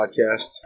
podcast